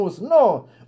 no